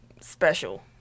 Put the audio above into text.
special